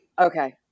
okay